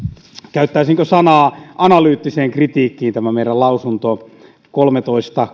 käyttäisinkö sanaa analyyttiseen kritiikkiin tässä meidän lausunnossa kolmetoista